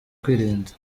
kwirinda